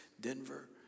Denver